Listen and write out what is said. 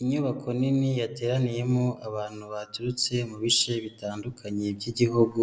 Inyubako nini yateraniyemo abantu baturutse mu bice bitandukanye by'igihugu,